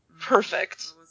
perfect